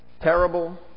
terrible